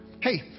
Hey